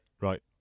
Right